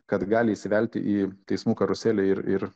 kad gali įsivelti į teismų karuselę ir ir